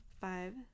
five